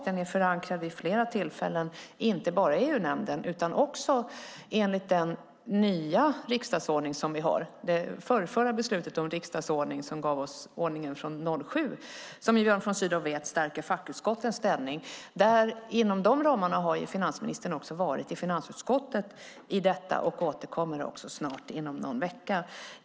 Den är förankrad vid flera tillfällen, inte bara i EU-nämnden utan också enligt den nya riksdagsordning som vi har. Det förrförra beslutet om riksdagsordningen gav oss ordningen från 2007 som, som Björn von Sydow vet, stärker fackutskottens ställning. Inom de ramarna har ju finansministern varit i finansutskottet och återkommer också inom någon vecka.